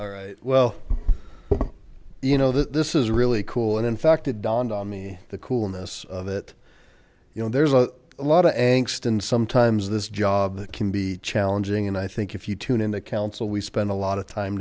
all right well you know that this is really cool and in fact it dawned on me the coolness of it you know there's a lot of angst and sometimes this job that can be challenging and i think if you tuned in to council we spend a lot of time